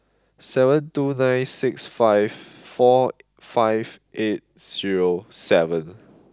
seven two nine six five four five eight zero seven